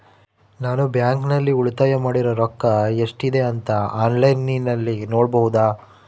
ನಾನು ಬ್ಯಾಂಕಿನಲ್ಲಿ ಉಳಿತಾಯ ಮಾಡಿರೋ ರೊಕ್ಕ ಎಷ್ಟಿದೆ ಅಂತಾ ಆನ್ಲೈನಿನಲ್ಲಿ ನೋಡಬಹುದಾ?